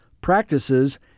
practices